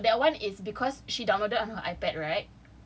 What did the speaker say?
no that [one] is cause she downloaded on her iPad right